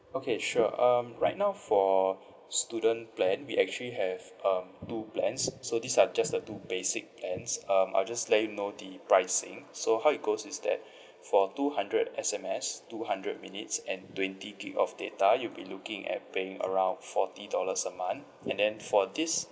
okay sure um right now for student plan we actually have um two plans so these are just the two basic plans um I'll just let you know the pricing so how it goes is that for two hundred S_M_S two hundred minutes and twenty gig of data you'll be looking at paying around forty dollars a month and then for this